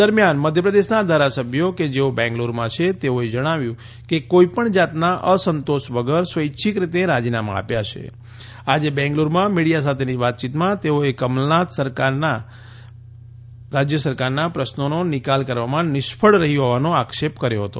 દરમિયાન મધ્યપ્રદેશના ધારાસભ્યો કે જેઓ બેંગલુરૂમાં છે તેઓએ જણાવ્યું છે કે કોઇપણ જાતના અસંતોષ વગર સ્વૈચ્છિક રીતે રાજીનામા આપ્યા છે આજે બેંગલૂરૂમાં મિડિયા સાથેની વાતચીતમાં તેઓએ કમલનાથ સરકાર રાજયના પ્રશ્નોનો નિકાલ કરવામાં નિષ્ફળ રહી હોવાનો આક્ષેપ કર્યો હતો